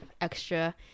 extra